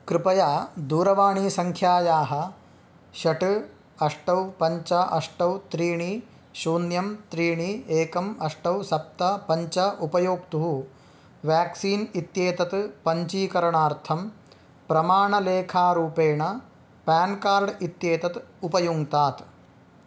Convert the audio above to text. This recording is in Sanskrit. कृपया दूरवाणीसङ्ख्यायाः षट् अष्ट पञ्च अष्ट त्रीणि शून्यं त्रीणि एकम् अष्ट सप्त पञ्च उपयोक्तुः व्याक्सीन् इत्येतत् पञ्जीकरणार्थं प्रमाणलेखारूपेण पान् कार्ड् इत्येतत् उपयुङ्क्तात्